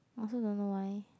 I also don't know why